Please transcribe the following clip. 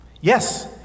Yes